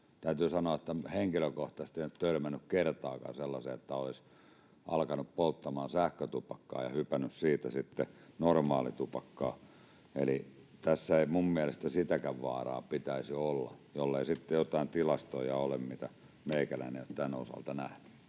Täytyy sanoa, että henkilökohtaisesti en ole törmännyt kertaakaan sellaiseen, että olisi alkanut polttamaan sähkötupakkaa ja hypännyt siitä sitten normaalitupakkaan. Eli tässä ei minun mielestäni sitäkään vaaraa pitäisi olla, jollei sitten ole joitain tilastoja, mitä meikäläinen ei ole tämän osalta nähnyt.